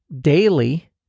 daily